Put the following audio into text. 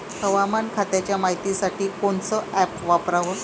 हवामान खात्याच्या मायतीसाठी कोनचं ॲप वापराव?